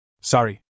Sorry